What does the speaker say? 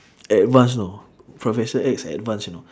advance you know professor X advance you know